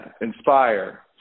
inspire